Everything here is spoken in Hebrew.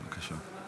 בבקשה.